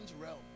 realm